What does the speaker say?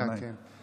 חצי דקה, כן.